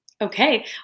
Okay